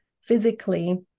physically